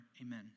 Amen